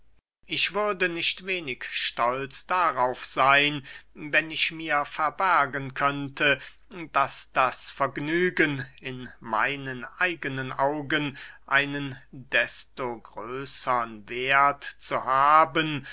ich würde nicht wenig stolz darauf seyn wenn ich mir verbergen könnte daß das vergnügen in meinen eigenen augen einen desto größern werth zu haben